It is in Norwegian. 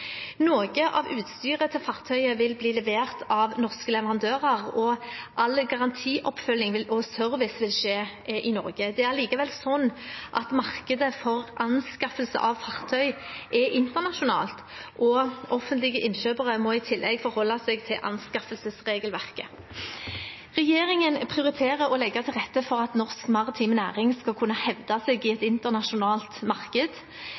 Noe av utstyret til fartøyet vil bli levert av norske leverandører, og all garantioppfølging og service vil skje i Norge. Det er likevel sånn at markedet for anskaffelse av fartøy er internasjonalt, og offentlige innkjøpere må i tillegg forholde seg til anskaffelsesregelverket. Regjeringen prioriterer å legge til rette for at norsk maritim næring skal kunne hevde seg i et internasjonalt marked.